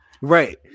Right